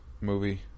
movie